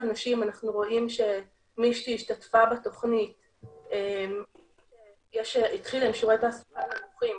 נשים אנחנו רואים שמי שהשתתפה בתוכנית התחילה עם שיעורי תעסוקה נמוכים